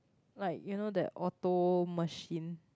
like you know that auto machine